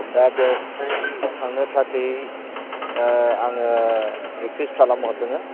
दा बेवहाय थांनो थाखै ओ आङो रिकुइस्थ खालाम हरदोङो